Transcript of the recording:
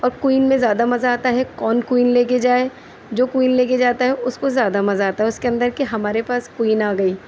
اور کوئین میں زیادہ مزہ آتا ہے کون کوئین لے کے جائے جو کوئین لے کے جاتا ہے اس کو زیادہ مزہ آتا ہے اس کے اندر کہ ہمارے پاس کوئین آ گئی